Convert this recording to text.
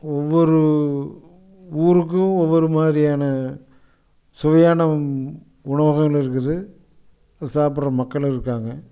ஒவ்வொரு ஊருக்கும் ஒவ்வொரு மாதிரியான சுவையான உணவுகள் இருக்குது அதை சாப்பிடுற மக்களும் இருக்கறாங்க